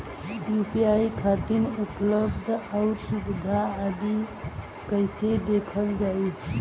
UPI खातिर उपलब्ध आउर सुविधा आदि कइसे देखल जाइ?